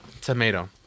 tomato